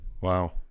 Wow